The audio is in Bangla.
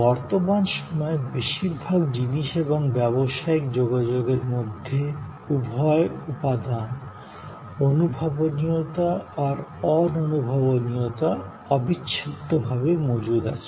বর্তমান সময়ে বেশিরভাগ জিনিস এবং ব্যবসায়িক যোগাযোগের মধ্যে উভয় উপাদান স্পষ্টতা আর অদৃশ্যতা অবিচ্ছেদ্য ভাবে মজুদ আছে